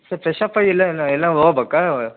so fresh up ಆಗಿ ಇಲ್ಲೆ ನ ಎಲ್ಲೊ ಹೋಬಕಾ